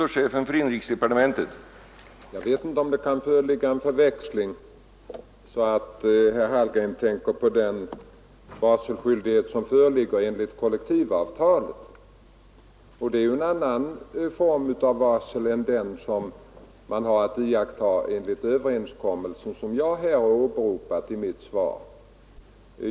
Herr talman! Jag vet inte om det kan föreligga en sammanblandning, nämligen så att herr Hallgren tänker på den varselskyldighet som föreligger enligt kollektivavtalet. Det är ju en annan form av varsel än den som man har att iaktta enligt den överenskommelse som jag har åberopat i mitt svar.